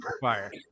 fire